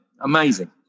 amazing